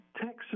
Texas